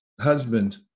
husband